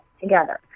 together